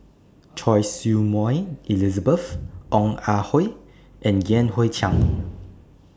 Choy Su Moi Elizabeth Ong Ah Hoi and Yan Hui Chang